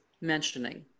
mentioning